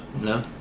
No